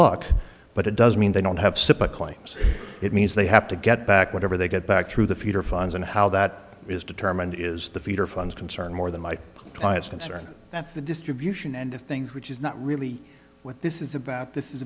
luck but it doesn't mean they don't have sympathy it means they have to get back whatever they get back through the future funds and how that is determined is the feeder funds concern more than my clients concern that's the distribution end of things which is not really what this is about this is